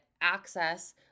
access